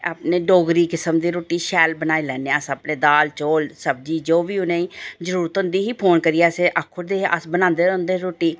अपने डोगरी किस्म दी रुट्टी शैल बनाई लैन्ने आं अस अपने दाल चौल जो बी सब्जी उ'नें ई जरूरत होंदी ही फोन करियै असें ई आक्खी ओड़दे हे अस बनांदे रौंह्दे हे रुट्टी